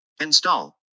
Install